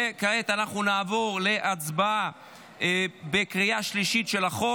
וכעת אנחנו נעבור להצבעה בקריאה השלישית על הצעת החוק.